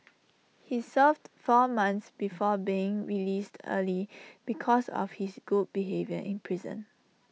he served four months before being released early because of his good behaviour in prison